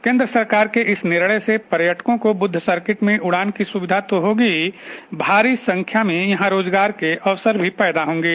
केन्द्र सरकार के इस निर्णय से पर्यटकों को बुद्ध सर्किट में उड़ान की सुविधा तो होगी हीभारी संख्या में यहां रोजगार के अवसर भी पैदा होंगे